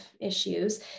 issues